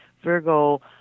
Virgo